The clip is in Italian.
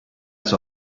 sua